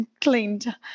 cleaned